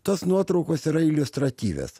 tos nuotraukos yra iliustratyvios